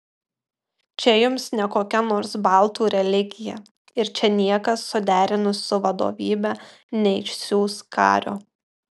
čia jums ne kokia nors baltų religija ir čia niekas suderinus su vadovybe neišsiųs kario